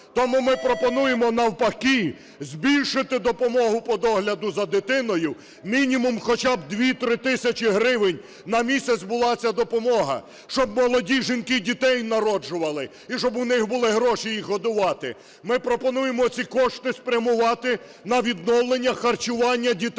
Тому ми пропонуємо навпаки збільшити допомогу по догляду за дитиною, мінімум хоча б 2-3 тисячі гривень на місяць була б ця допомога, щоб молоді жінки дітей народжували і щоб у них були гроші їх годувати. Ми пропонуємо ці кошти спрямувати на відновлення харчування дітей